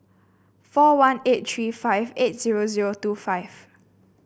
four one eight three five eight zero zero two five